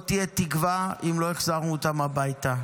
לא תהיה תקווה אם לא החזרנו אותם הביתה.